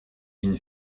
une